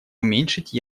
уменьшить